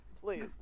Please